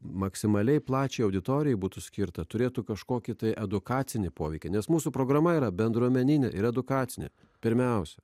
maksimaliai plačiai auditorijai būtų skirta turėtų kažkokį tai edukacinį poveikį nes mūsų programa yra bendruomeninė ir edukacinė pirmiausia